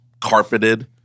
carpeted